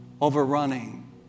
overrunning